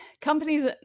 companies